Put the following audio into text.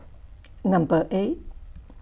Number eight